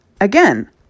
again